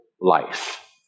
life